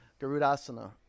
Garudasana